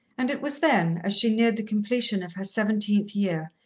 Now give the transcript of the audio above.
and it was then, as she neared the completion of her seventeenth year,